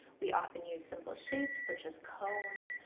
we often use simple shapes such as cones,